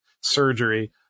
surgery